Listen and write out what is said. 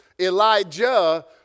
Elijah